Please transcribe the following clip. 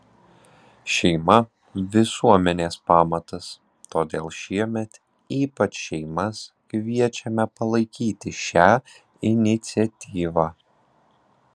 šeima visuomenės pamatas todėl šiemet ypač šeimas kviečiame palaikyti šią iniciatyvą